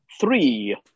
three